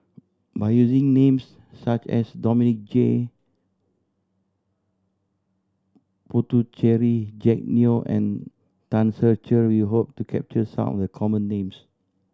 by using names such as Dominic J Puthucheary Jack Neo and Tan Ser Cher we hope to capture some of the common names